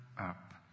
up